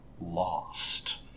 lost